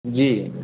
जी